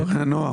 כפרי הנוער